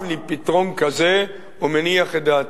הב לי פתרון כזה, הוא מניח את דעתי.